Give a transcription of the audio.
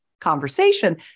conversation